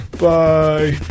Bye